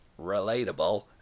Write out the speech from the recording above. relatable